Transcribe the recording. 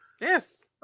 Yes